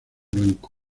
blanco